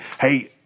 Hey